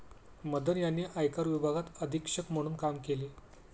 मदन यांनी आयकर विभागात अधीक्षक म्हणून काम केले